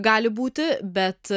gali būti bet